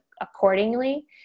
accordingly